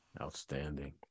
Outstanding